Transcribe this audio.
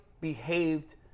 behaved